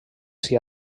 s’hi